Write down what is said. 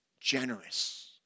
generous